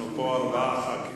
אנחנו פה ארבעה חברי כנסת.